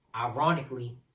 Ironically